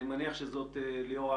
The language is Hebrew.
ולא משנה מה סוג המשפחה,